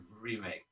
remake